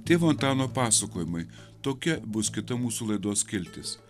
tėvo antano pasakojimai tokia bus kita mūsų laidos skiltis